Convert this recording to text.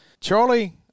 Charlie